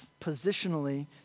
positionally